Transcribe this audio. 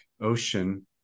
ocean